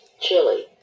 Chili